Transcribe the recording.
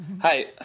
hi